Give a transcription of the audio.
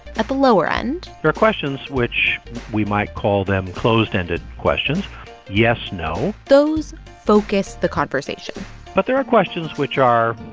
at the lower end. there are questions, which we might call them closed-ended questions yes, no those focus the conversation but there are questions, which are,